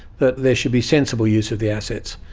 that there should be sensible use of the assets,